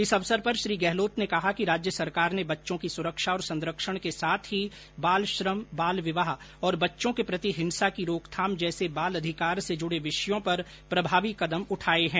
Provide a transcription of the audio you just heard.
इस अवसर पर श्री गहलोत ने कहा कि राज्य सरकार ने बच्चों की सुरक्षा और संरक्षण के साथ ही बाल श्रम बाल विवाह और बच्चों के प्रति हिंसा की रोकथाम जैसे बाल अधिकार से जूड़े विषयों पर प्रभावी कदम उठाए हैं